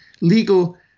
legal